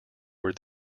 were